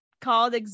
called